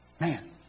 Man